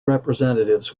representatives